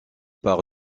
par